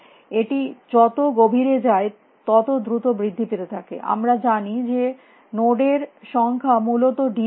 এটি যত ঘভিরে যায় তত দ্রুত বৃদ্ধি পেতে থাকে আমরা জানি যে নোড এর সংখ্যা মূলত ডি তে আছে